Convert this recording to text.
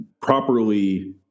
properly